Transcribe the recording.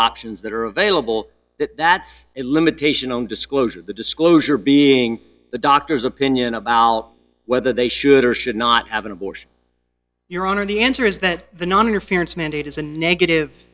options that are available that that's a limitation on disclosure the disclosure being the doctor's opinion about whether they should or should not have an abortion your honor the answer is that the noninterference mandate is a negative